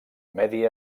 medi